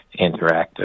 interactive